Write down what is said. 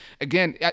Again